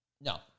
No